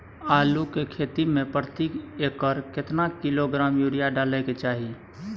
आलू के खेती में प्रति एकर केतना किलोग्राम यूरिया डालय के चाही?